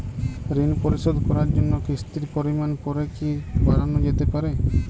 ঋন পরিশোধ করার জন্য কিসতির পরিমান পরে কি বারানো যেতে পারে?